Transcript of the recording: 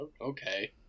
Okay